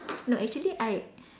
no actually I